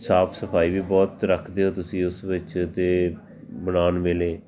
ਸਾਫ਼ ਸਫਾਈ ਵੀ ਬਹੁਤ ਰੱਖਦੇ ਹੋ ਤੁਸੀਂ ਉਸ ਵਿੱਚ ਅਤੇ ਬਣਾਉਣ ਵੇਲੇ